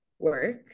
work